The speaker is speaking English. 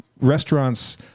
restaurants